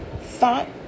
thought